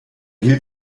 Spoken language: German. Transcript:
hielt